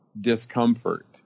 discomfort